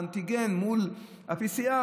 האנטיגן מול ה-PCR,